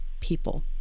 people